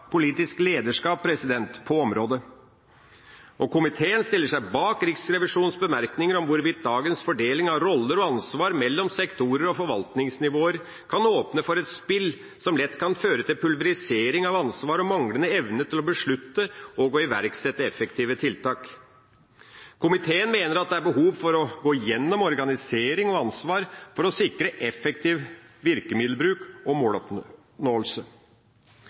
politisk lederskap – på området. Komiteen stiller seg bak Riksrevisjonens bemerkninger om hvorvidt dagens fordeling av roller og ansvar mellom sektorer og forvaltningsnivåer kan åpne for et spill som lett kan føre til pulverisering av ansvar og manglende evne til å beslutte og å iverksette effektive tiltak. Komiteen mener at det er behov for å gå gjennom organisering og ansvar for å sikre effektiv virkemiddelbruk og